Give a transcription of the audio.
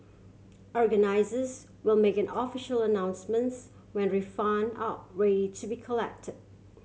organisers will make an official announcements when refund are ready to be collect